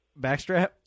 Backstrap